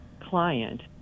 client